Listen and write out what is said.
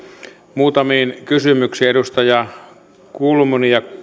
muutamiin kysymyksiin edustaja kulmuni ja